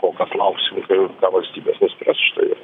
kol kas lauksim kai ką valstybės nuspręs štai ir